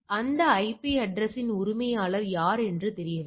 அந்த IP address இன் உரிமையாளர் யார் என்று தெரியவில்லை